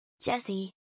jesse